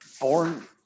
born